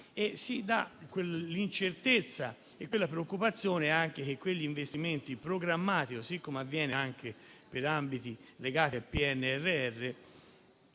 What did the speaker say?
quindi l'incertezza e la preoccupazione che quegli investimenti programmati, così come avviene anche per ambiti legati al PNRR,